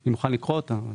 אני מוכן לקרוא אותה.